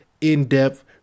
in-depth